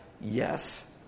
yes